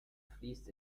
fließt